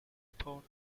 pound